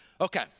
Okay